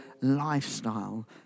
lifestyle